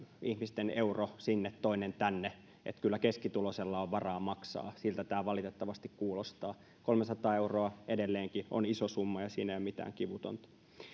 ihmisten euro sinne toinen tänne että kyllä keskituloisella on varaa maksaa siltä tämä valitettavasti kuulostaa kolmesataa euroa edelleenkin on iso summa ja siinä ei ole mitään kivutonta